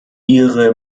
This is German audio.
ihre